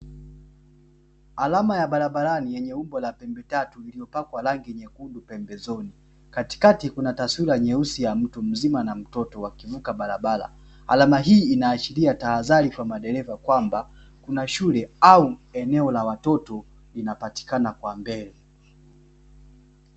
Alama ya barabarani yenye umbo la pembe tatu iliyopakwa rangi nyekundu pembezoni katikati kuna taswira nyeusi ya mtu mzima na mtoto wakivuka barabara, alama hii inaashiria tahadhari kwa madereva kwamba kuna shule au eneo la watoto linapatikana kwa mbele.